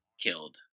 killed